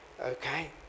okay